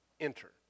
enter